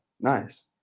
nice